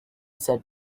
said